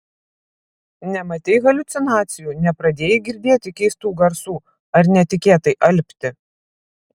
nematei haliucinacijų nepradėjai girdėti keistų garsų ar netikėtai alpti